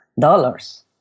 dollars